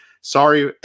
Sorry